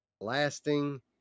lasting